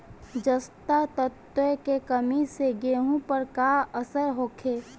जस्ता तत्व के कमी से गेंहू पर का असर होखे?